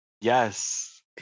yes